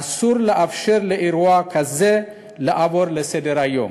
אסור לאפשר לאחר אירוע כזה לעבור לסדר-היום,